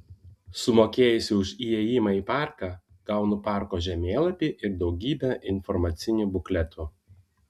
sumokėjusi už įėjimą į parką gaunu parko žemėlapį ir daugybę informacinių bukletų